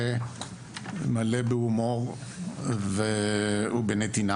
מלא בהומור ובנתינה